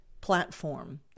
platform